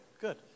good